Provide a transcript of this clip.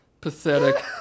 Pathetic